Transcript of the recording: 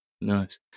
Nice